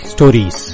Stories